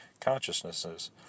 consciousnesses